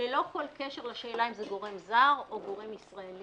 ללא כל קשר לשאלה אם זה גורם זר או גורם ישראלי.